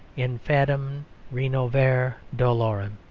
infandum renovare dolorem.